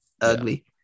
Ugly